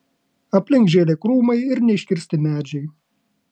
aplink žėlė krūmai ir neiškirsti medžiai